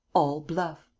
all bluff!